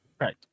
right